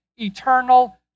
eternal